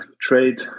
trade